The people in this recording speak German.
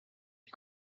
die